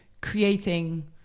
creating